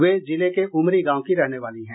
वे जिले के उमरी गांव की रहने वाली हैं